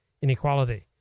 inequality